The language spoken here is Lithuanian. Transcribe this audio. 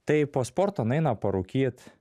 tai po sporto nueina parūkyt